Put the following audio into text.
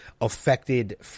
affected